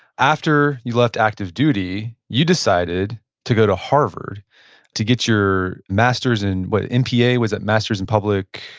after you left active duty, you decided to go to harvard to get your masters in what npa, was it masters in public,